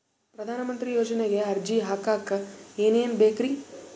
ಪ್ರಧಾನಮಂತ್ರಿ ಯೋಜನೆಗೆ ಅರ್ಜಿ ಹಾಕಕ್ ಏನೇನ್ ಬೇಕ್ರಿ?